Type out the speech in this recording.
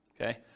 okay